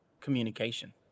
communication